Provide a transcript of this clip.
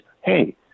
hey